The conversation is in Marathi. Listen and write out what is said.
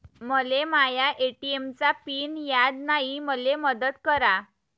मले माया ए.टी.एम चा पिन याद नायी, मले मदत करा